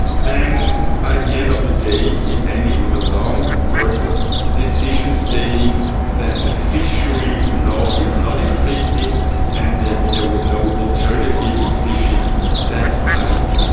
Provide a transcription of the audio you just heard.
then by the end of the day it ended with a long court decision saying that the fishery law is not inflicted and that there was no alternative in fishing that pike,